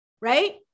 right